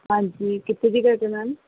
ਹਾਂਜੀ ਕਿੱਥੇ ਦੀ ਮੈਮ